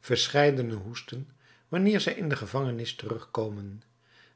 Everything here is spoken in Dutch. verscheidenen hoesten wanneer zij in de gevangenis terugkomen